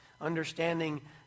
understanding